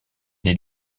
les